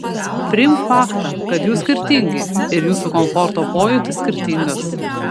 priimk faktą kad jūs skirtingi ir jūsų komforto pojūtis skirtingas